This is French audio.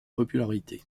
popularité